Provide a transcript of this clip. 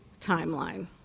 timeline